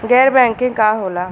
गैर बैंकिंग का होला?